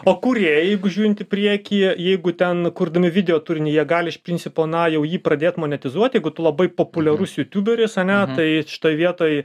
o kūrėjai jeigu žiūrint į priekį jeigu ten kurdami video turinį jie gali iš principo na jau jį pradėt monetizuot jeigu tu labai populiarus jutuberis ane tai šitoj vietoj